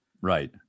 right